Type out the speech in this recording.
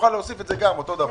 שנוכל להוסיף את זה גם באותו אופן.